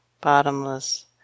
bottomless